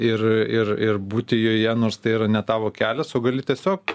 ir ir ir būti joje nors tai yra ne tavo kelias o gali tiesiog